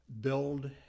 build